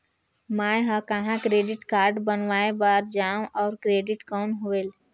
मैं ह कहाँ क्रेडिट कारड बनवाय बार जाओ? और क्रेडिट कौन होएल??